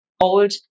old